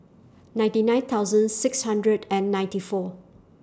ninety nine thousand six hundred and ninety four